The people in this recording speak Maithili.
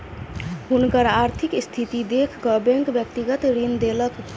हुनकर आर्थिक स्थिति देख कअ बैंक व्यक्तिगत ऋण देलक